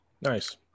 Nice